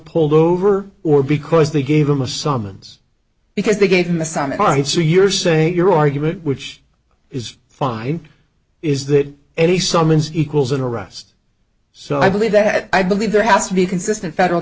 pulled over or because they gave him a summons because they gave him a summit on it so you're saying your argument which is fine is that any summons equals an arrest so i believe that i believe there has to be consistent federal